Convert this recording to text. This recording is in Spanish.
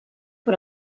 por